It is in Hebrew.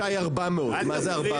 מדד ה-HHI 400. מה זה 400?